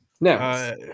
no